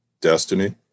destiny